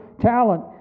talent